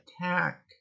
attack